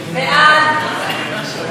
נתקבל.